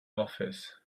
office